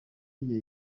igihe